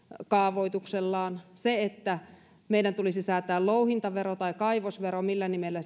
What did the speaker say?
kaavoituksellaan se että meidän tulisi säätää louhintavero tai kaivosvero millä nimellä